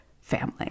family